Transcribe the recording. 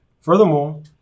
Furthermore